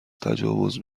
تجاوز